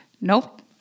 Nope